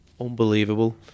Unbelievable